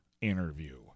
interview